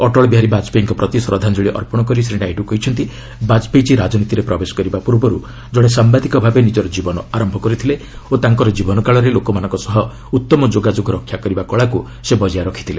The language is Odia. ଅଟଳ ବିହାରୀ ବାଜପେୟୀଙ୍କ ପ୍ରତି ଶ୍ରଦ୍ଧାଞ୍ଜଳି ଅର୍ପଣ କରି ଶ୍ରୀ ନାଇଡୁ କହିଛନ୍ତି ବାଜପେୟିଜୀ ରାଜନୀତିରେ ପ୍ରବେଶ କରିବା ପୂର୍ବରୁ ଜଣେ ସାମ୍ଭାଦିକ ଭାବେ ନିଜର ଜୀବନ ଆରମ୍ଭ କରିଥିଲେ ଓ ତାଙ୍କର ଜୀବନକାଳରେ ଲୋକମାନଙ୍କ ସହ ଉତ୍ତମ ଯୋଗାଯୋଗ ରକ୍ଷା କରିବା କଳାକୁ ସେ ବଜାୟ ରଖିଥିଲେ